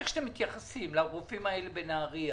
איך שאתם מתייחסים לרופאים האלה בנהריה